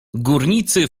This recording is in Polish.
górnicy